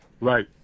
Right